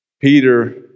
Peter